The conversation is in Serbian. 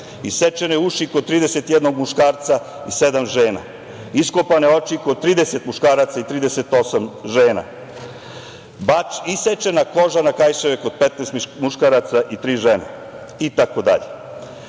Isečene uši kod 31 muškarca i sedam žena. Iskopane oči kod 30 muškaraca i 38 žena. Isečena koža na kaiševe kod 15 muškaraca i tri žene, itd. To je,